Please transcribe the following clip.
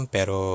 Pero